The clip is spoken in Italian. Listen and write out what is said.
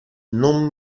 non